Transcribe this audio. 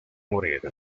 morir